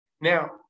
Now